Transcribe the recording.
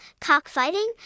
cockfighting